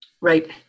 right